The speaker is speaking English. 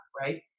right